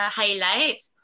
highlights